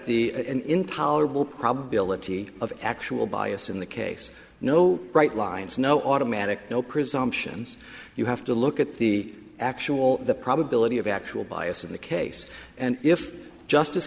the intolerable probability of actual bias in the case no bright lines no automatic no presumptions you have to look at the actual the probability of actual bias in the case and if justice